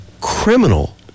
criminal